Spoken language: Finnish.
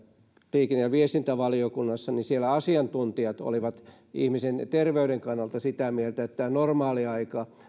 liikenne ja viestintävaliokunnassa siellä asiantuntijat olivat ihmisen terveyden kannalta sitä mieltä että normaaliaika